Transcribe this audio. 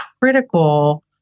critical